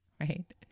right